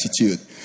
attitude